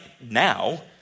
now